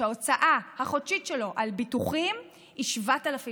שההוצאה החודשית שלו על ביטוחים היא 7,000 שקלים.